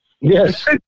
Yes